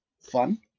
fun